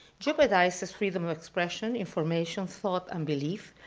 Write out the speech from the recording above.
jeopardizes freedom of expression, information, thought and belief,